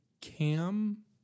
cam